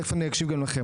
תכף אני אקשיב גם לכם,